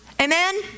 Amen